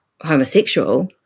homosexual